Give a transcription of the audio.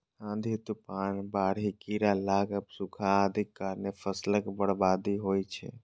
आंधी, तूफान, बाढ़ि, कीड़ा लागब, सूखा आदिक कारणें फसलक बर्बादी होइ छै